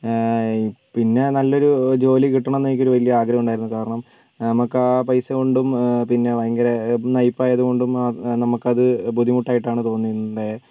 പിന്നെ നല്ലൊരു ജോലി കിട്ടണം എന്ന് എനിക്കൊരു വലിയ ആഗ്രഹം ഉണ്ടായിരുന്നു കാരണം നമുക്ക് ആ പൈസകൊണ്ടും പിന്നെ ഭയങ്കര നയ്പ്പായതുകൊണ്ടും നമുക്ക് അത് ബുദ്ധിമുട്ടായിട്ടാണ് തോന്നി ണ്ടെ